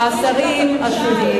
את שינוי שיטת הממשל?